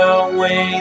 away